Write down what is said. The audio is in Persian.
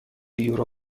یورو